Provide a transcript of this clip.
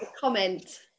comment